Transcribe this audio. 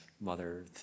mother